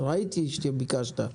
ראיתי שביקשת להתייחס.